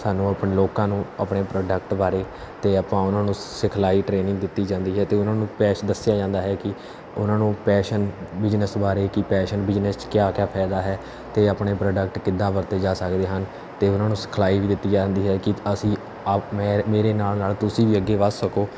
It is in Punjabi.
ਸਾਨੂੰ ਆਪਣੇ ਲੋਕਾਂ ਨੂੰ ਆਪਣੇ ਪ੍ਰੋਡਕਟ ਬਾਰੇ ਅਤੇ ਆਪਾਂ ਉਹਨਾਂ ਨੂੰ ਸਿਖਲਾਈ ਟ੍ਰੇਨਿੰਗ ਦਿੱਤੀ ਜਾਂਦੀ ਹੈ ਅਤੇ ਉਹਨਾਂ ਨੂੰ ਪੈਸ਼ ਦੱਸਿਆ ਜਾਂਦਾ ਹੈ ਕਿ ਉਹਨਾਂ ਨੂੰ ਪੈਸ਼ਨ ਬਿਜ਼ਨਸ ਬਾਰੇ ਕਿ ਪੈਸ਼ਨ ਬਿਜ਼ਨਸ 'ਚ ਕਿਆ ਕਿਆ ਫਾਇਦਾ ਹੈ ਅਤੇ ਆਪਣੇ ਪ੍ਰੋਡਕਟ ਕਿੱਦਾਂ ਵਰਤੇ ਜਾ ਸਕਦੇ ਹਨ ਅਤੇ ਉਹਨਾਂ ਨੂੰ ਸਿਖਲਾਈ ਵੀ ਦਿੱਤੀ ਜਾਂਦੀ ਹੈ ਕਿ ਅਸੀਂ ਆ ਮੈ ਮੇਰੇ ਨਾਲ ਨਾਲ ਤੁਸੀਂ ਵੀ ਅੱਗੇ ਵੱਧ ਸਕੋ